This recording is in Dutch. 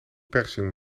persing